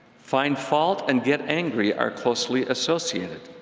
find fault and get angry are closely associated.